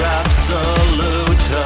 absolute